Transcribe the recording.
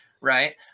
Right